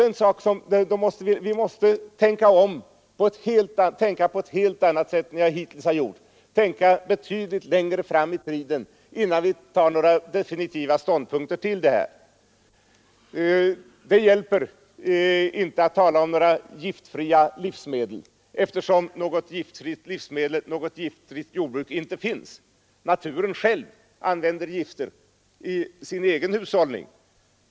Men vi måste tänka på ett helt annat sätt än vi hittills har gjort, tänka betydligt längre framåt i tiden innan vi tar några definitiva ståndpunkter. Det hjälper inte att tala om några giftfria livsmedel, eftersom något giftfritt jordbruk inte finns. Naturen själv använder gifter i sin egen hushållning.